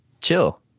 chill